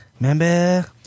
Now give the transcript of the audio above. Remember